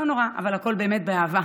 לא נורא, אבל הכול באמת באהבה.